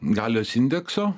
galios indekso